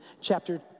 chapter